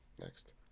Next